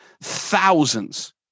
thousands